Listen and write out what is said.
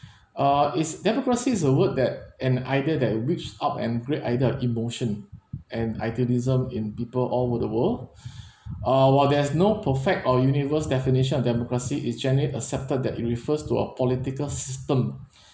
uh is democracy is a word that an idea that reached up and create idea of emotion and idealism in people all over the world uh while there's no perfect or universe definition of democracy is generally accepted that it refers to a political system